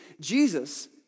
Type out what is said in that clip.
Jesus